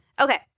Okay